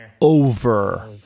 over